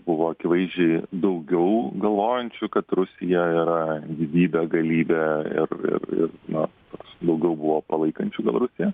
buvo akivaizdžiai daugiau galvojančių kad rusija yra gyvybė galybė ir ir ir na toks daugiau buvo palaikančių gal rusiją